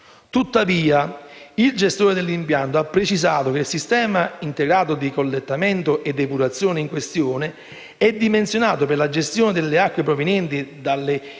Tuttavia, il gestore dell'impianto ha precisato che il sistema integrato di collettamento e depurazione in questione è dimensionato per la gestione delle acque provenienti dalle itticolture